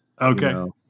Okay